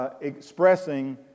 expressing